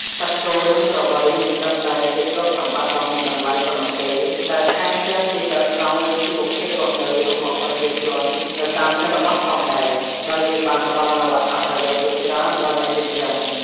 សត្វគោ និងក្របីមិនត្រឹមតែជាទ្រព្យសម្បត្តិដ៏មានតម្លៃប៉ុណ្ណោះទេ តែថែមទាំងជាឆ្អឹងខ្នងនៃជីវភាពរស់នៅរបស់ប្រជាជននៅតាមជនបទផងដែរ ដោយវាបានផ្ដល់នូវអត្ថប្រយោជន៍ជាច្រើនដល់អ្នកចិញ្ចឹម។